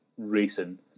racing